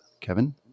Kevin